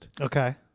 Okay